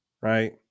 Right